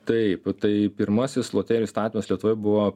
taip tai pirmasis loterijų įstatymas lietuvoj buvo